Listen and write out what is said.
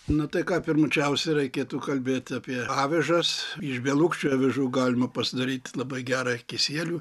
na tai ką pirmučiausia reikėtų kalbėt apie avižas iš belukščių avižų galima pasidaryt labai gerą kisielių